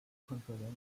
konferenz